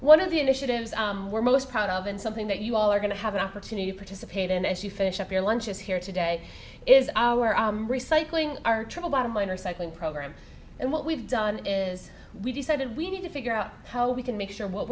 one of the initiatives we're most proud of and something that you all are going to have an opportunity to participate in as you finish up your lunch is here today is our recycling our triple bottom line or second program and what we've done is we decided we need to figure out how we can make sure what